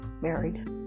married